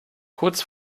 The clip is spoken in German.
kurz